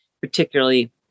particularly